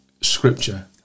scripture